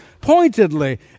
pointedly